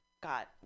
got